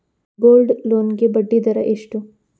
Gold loan ಗೆ ಬಡ್ಡಿ ದರ ಎಷ್ಟು?